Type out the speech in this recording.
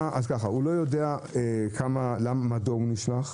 הוא לא יודע מדוע הוא נשלח,